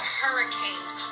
hurricanes